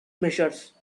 measures